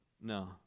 no